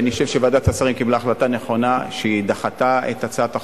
אני חושב שוועדת השרים קיבלה החלטה נכונה בזה שדחתה את הצעת החוק,